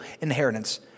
inheritance